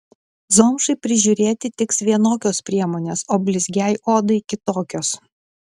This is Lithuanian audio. zomšai prižiūrėti tiks vienokios priemonės o blizgiai odai kitokios